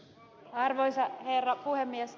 arvoisa herra puhemies